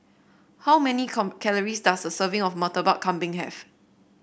how many calories does a serving of Murtabak Kambing have